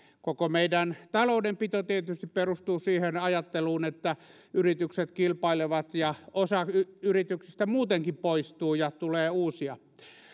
koko meidän taloudenpito tietysti perustuu siihen ajatteluun että yritykset kilpailevat ja osa yrityksistä muutenkin poistuu ja tulee uusia